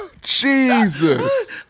Jesus